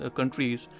countries